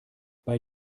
bei